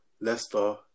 Leicester